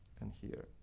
and here,